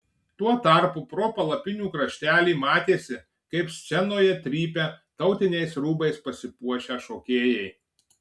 tuo tarpu pro palapinių kraštelį matėsi kaip scenoje trypia tautiniais rūbais pasipuošę šokėjai